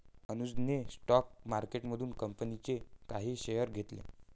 अनुजने स्टॉक मार्केटमधून कंपनीचे काही शेअर्स घेतले